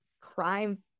crime